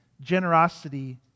generosity